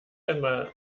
einmal